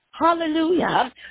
hallelujah